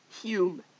Hume